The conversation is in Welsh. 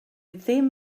ddim